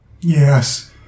Yes